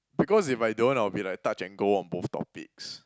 because if I don't I'll be like touch and go on both topics